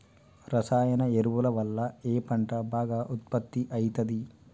రసాయన ఎరువుల వల్ల ఏ పంట బాగా ఉత్పత్తి అయితది?